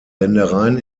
ländereien